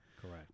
Correct